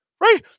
right